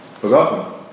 Forgotten